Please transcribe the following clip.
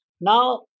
Now